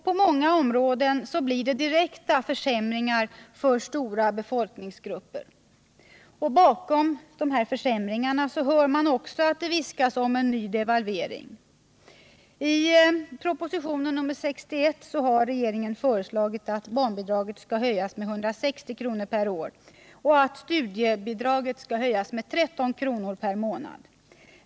På många områden blir det direkta försämringar för stora befolkningsgrupper. Bakom dessa försämringar hör man att det viskas om en ny devalvering. I propositionen 61 har regeringen föreslagit att barnbidraget skall höjas med 160 kr. per år och att studiebidraget skall höjas med 13 kr. per månad.